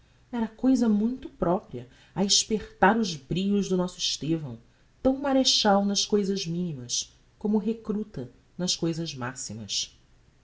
era cousa muito propria a espertar os brios do nosso estevão tão marechal nas cousas minimas como recruta nas cousas maximas